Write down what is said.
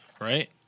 right